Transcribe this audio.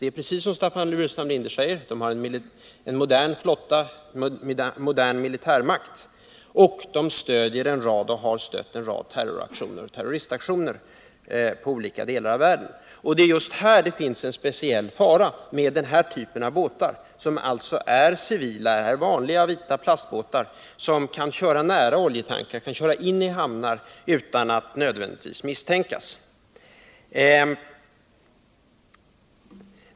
Det är som Staffan Burenstam Linder säger: landet har en modern flotta, är en modern militärmakt. Det har stött och stödjer en rad terroraktioner och terroristorganisationer i olika delar av världen. Det är just här det finns en speciell fara med denna typ av båtar, som alltså är civila, vanliga vita plastbåtar, som kan köra nära oljetankrar och kan köra in i hamnar utan att nödvändigtvis misstänkas.